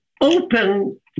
open